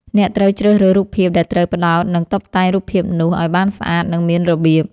អ្នកត្រូវជ្រើសរើសរូបភាពដែលត្រូវផ្តោតនិងតុបតែងរូបភាពនោះ ឱ្យបានស្អាត និងមានរបៀប។